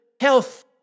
health